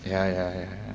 ya ya ya